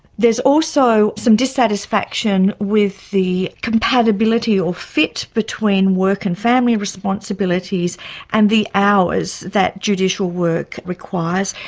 there's also some dissatisfaction with the compatibility or fit between work and family responsibilities and the hours that judicial work requires.